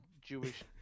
Jewish